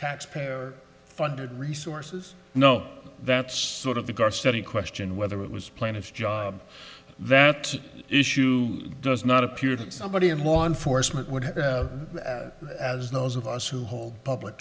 taxpayer funded resources no that's sort of the guard study question whether it was planned its job that issue does not appear that somebody in law enforcement would have as those of us who hold public